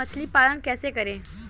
मछली पालन कैसे करें?